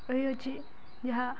ରହିଅଛି ଯାହା